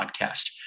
podcast